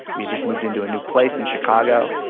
we had just moved into a new place in chicago,